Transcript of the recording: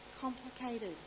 complicated